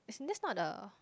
as it just not the